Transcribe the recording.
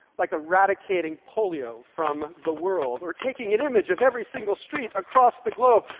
like eradicating polio from the world, or taking an image of every single street across the globe,